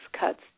cuts